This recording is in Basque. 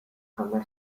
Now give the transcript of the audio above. hamar